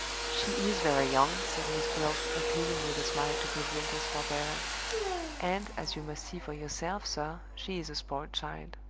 she is very young, said miss gwilt, appealing with a smile to midwinter's forbearance and, as you must see for yourself, sir, she is a spoiled child.